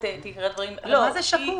מה זה שקוף?